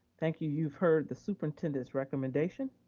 thank you, you've heard the superintendent's recommendation.